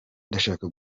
ndashaka